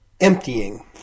emptying